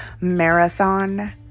marathon